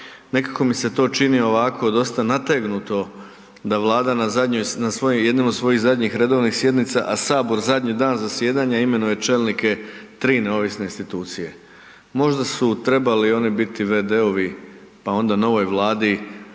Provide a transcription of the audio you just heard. nekako mi se to čini ovako dosta nategnuto da Vlada na jednim od svojih zadnjih redovnih sjednica a Sabor zadnji dan zasjedanja imenuje čelnike tri neovisne institucije. Možda su trebali oni biti v.d.-ovi pa onda novoj Vladi